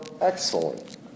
excellent